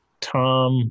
Tom